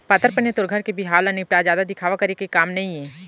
पातर पनियर तोर घर के बिहाव ल निपटा, जादा दिखावा करे के काम नइये